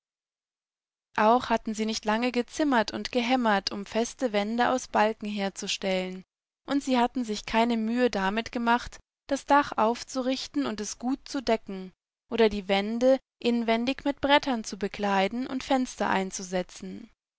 auch hatten sie nicht lange gezimmert und gehämmert um feste wände aus balken herzustellen und sie hatten sich keine mühe damit gemacht das dach aufzurichtenundesgutzudecken oderdiewändeinwendigmitbretternzu bekleiden und fenster einzusetzen